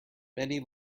many